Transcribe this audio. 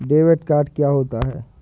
Debit card क्या होता है?